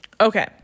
okay